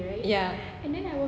ya